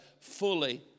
fully